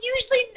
usually